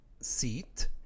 seat